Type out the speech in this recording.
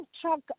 truck